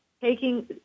taking